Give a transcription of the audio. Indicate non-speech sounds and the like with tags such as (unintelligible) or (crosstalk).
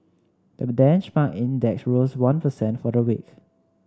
the (unintelligible) benchmark index rose one per cent for the week